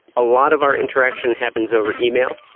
a lot of our interaction happens over email,